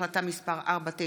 החלטה מס' 19,